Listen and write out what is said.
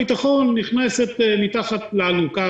קודם כל רח"ל לא היתה צריכה לעשות את זה כגוף מטה,